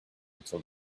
until